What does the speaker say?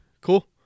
cool